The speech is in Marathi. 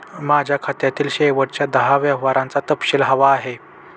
माझ्या खात्यातील शेवटच्या दहा व्यवहारांचा तपशील हवा आहे